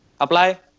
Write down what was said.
apply